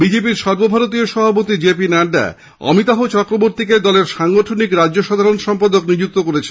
বিজেপির সর্বভারতীয় সভাপতি জেপিনাড্ডা অমিতাভ চক্রবর্তীকে দলের সাংগঠনিক রাজ্য সাধারণ সম্পাদক নিযুক্ত করেছেন